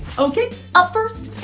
okay. up first,